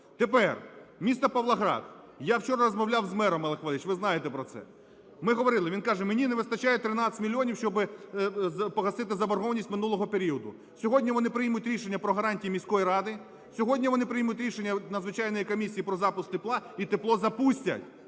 Тепер, місто Павлоград. Я вчора розмовляв з мером, Олег Валерійович, ви знаєте про це. Ми говорили, він каже: "Мені не вистачає 13 мільйонів, щоби погасити заборгованість минулого періоду". Сьогодні вони приймуть рішення про гарантії міської ради, сьогодні вони приймуть рішення надзвичайної комісії про запуск тепла, і тепло запустять.